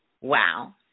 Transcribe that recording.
Wow